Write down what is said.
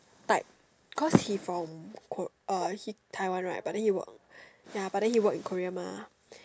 type cause he from ko~ uh he Taiwan right but then he work ya but then he work in Korea mah